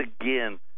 again